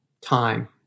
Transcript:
time